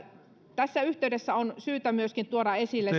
tässä yhteydessä on syytä myöskin tuoda esille